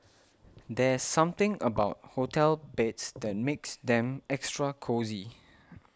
there's something about hotel beds that makes them extra cosy